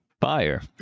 Fire